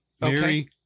Mary